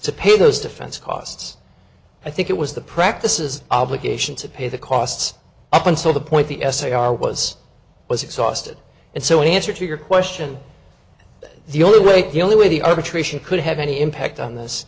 to pay those defense costs i think it was the practices obligation to pay the costs up until the point the essay are was was exhausted and so in answer to your question that the only way the only way the arbitration could have any impact on this